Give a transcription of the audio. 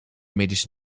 medische